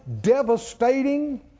devastating